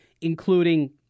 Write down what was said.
including